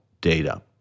data